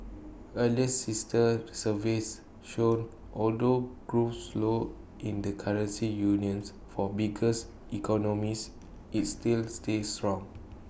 earlier sister surveys showed although growth slowed in the currency union's four biggest economies IT still stayed strong